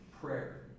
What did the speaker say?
prayer